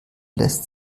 lässt